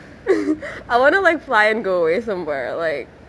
I want to learn fly and go away somewhere like